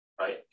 right